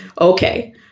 okay